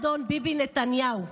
אדון ביבי נתניהו,